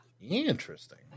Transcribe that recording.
Interesting